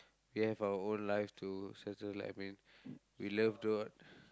we have our own lives to settle like I mean we love